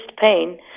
pain